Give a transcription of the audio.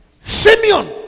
Simeon